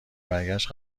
برگشت